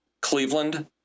Cleveland